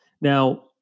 Now